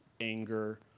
anger